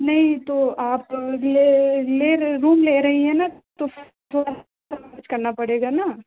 नहीं तो आप ले ले रूम ले रही हैं ना तो फिर करना पड़ेगा ना